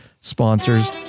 sponsors